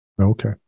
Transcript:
Okay